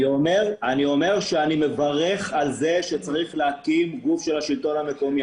אני אומר שאני מברך שצריך להקים גוף של השלטון המקומי.